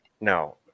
No